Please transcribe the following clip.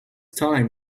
time